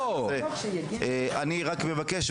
אני מבקש,